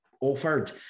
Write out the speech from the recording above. offered